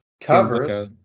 cover